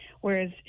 Whereas